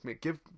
Give